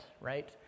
right